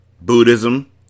Buddhism